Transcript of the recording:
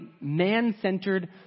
man-centered